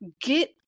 get